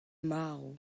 marv